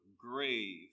grave